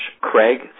Craig